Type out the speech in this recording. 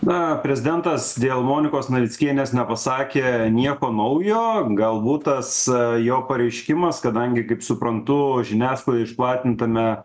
na prezidentas dėl monikos navickienės nepasakė nieko naujo galbūt tas jo pareiškimas kadangi kaip suprantu žiniasklaidai išplatintame